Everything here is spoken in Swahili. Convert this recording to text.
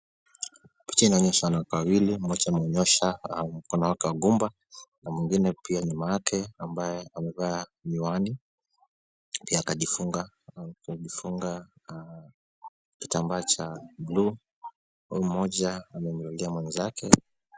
Picha inaonyesha wanawake wawili, mmoja amenyoosha mkono wake wa gumba na mwingine pia nyuma yake ambaye amevaa miwani pia akajifunga kitambaa cha bluu, huyu mmoja amemlalia mwenzake.